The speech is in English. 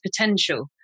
potential